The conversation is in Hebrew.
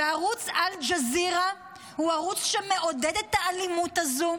וערוץ אל-ג'זירה הוא ערוץ שמעודד את האלימות הזו,